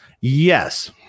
Yes